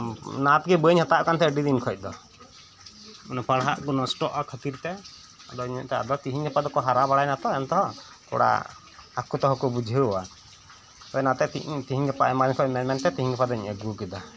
ᱚᱱᱟ ᱛᱮᱜᱤ ᱵᱟᱹᱧ ᱦᱟᱛᱟᱣᱮᱫ ᱠᱟᱱᱛᱟᱦᱮᱸᱫᱼᱟ ᱟᱹᱰᱤᱫᱤᱱ ᱠᱷᱚᱡ ᱫᱚ ᱚᱱᱮ ᱯᱟᱲᱦᱟᱜᱠᱩ ᱱᱚᱥᱴᱚᱜᱼᱟ ᱠᱷᱟᱹᱛᱤᱨ ᱛᱮ ᱟᱫᱚᱧ ᱢᱮᱱᱮᱫ ᱛᱟᱦᱮᱸᱜᱼᱟ ᱟᱫᱚ ᱛᱤᱦᱤᱧ ᱜᱟᱯᱟ ᱫᱚᱠᱚ ᱦᱟᱨᱟ ᱵᱟᱲᱟᱭᱮᱱᱟ ᱛᱚ ᱛᱷᱚᱲᱟ ᱟᱠᱩᱛᱮᱦᱚᱸᱠᱩ ᱵᱩᱡᱷᱟᱹᱣᱟ ᱚᱱᱟᱛᱮ ᱛᱤᱦᱤᱧ ᱜᱟᱯᱟ ᱟᱭᱢᱟ ᱫᱤᱱᱠᱷᱚᱡ ᱢᱮᱱ ᱢᱮᱱᱛᱮ ᱛᱤᱦᱤᱧ ᱜᱟᱯᱟ ᱫᱚᱧ ᱟᱹᱜᱩ ᱠᱮᱫᱟ